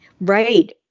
Right